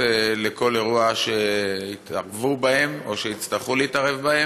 לכל אירוע שיתערבו בו או שיצטרכו להתערב בו?